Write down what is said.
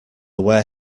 where